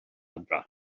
adre